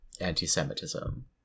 anti-Semitism